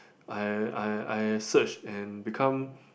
I I I search and become